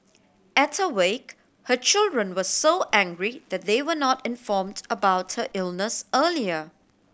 at her wake her children were so angry that they were not informed about her illness earlier